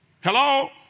Hello